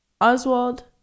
Oswald